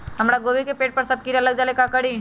हमरा गोभी के पेड़ सब में किरा लग गेल का करी?